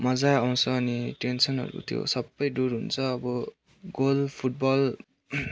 मज्जा आउँछ अनि टेन्सनहरू त्यो सबै दुर हुन्छ अब गोल फुटबल